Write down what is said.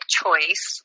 choice